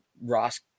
Ross